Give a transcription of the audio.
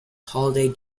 holiday